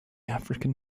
african